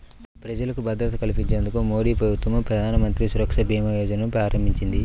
ప్రజలకు భద్రత కల్పించేందుకు మోదీప్రభుత్వం ప్రధానమంత్రి సురక్ష భీమా యోజనను ప్రారంభించింది